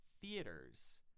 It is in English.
theaters